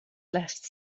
left